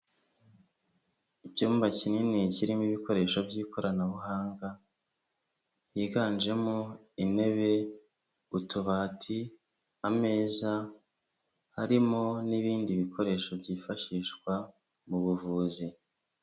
Icyumba kinini kirimo ibikoresho by'ikoranabuhanga higanjemo intebe, utubati, ameza harimo n'ibindi bikoresho byifashishwa mu buvuzi.